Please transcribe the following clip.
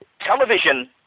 television